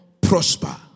prosper